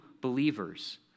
believers